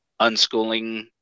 unschooling